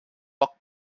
poc